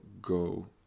go